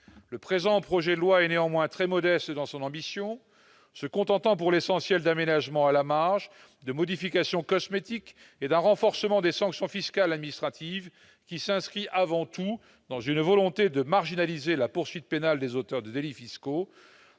Le présent projet de loi est néanmoins très modeste dans son ambition, se contentant pour l'essentiel d'aménagements à la marge, de modifications cosmétiques et d'un renforcement des sanctions fiscales administratives qui s'inscrit avant tout dans une volonté de marginaliser la poursuite pénale des auteurs de délits fiscaux,